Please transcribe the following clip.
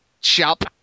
Chop